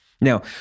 Now